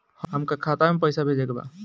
हमका खाता में पइसा भेजे के बा